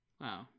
Wow